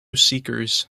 seekers